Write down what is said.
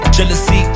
Jealousy